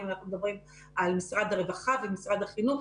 אם אנחנו מדברים על משרד הרווחה ומשרד החינוך.